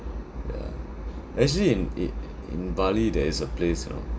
yeah actually in i~ in bali there is a place you know